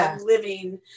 living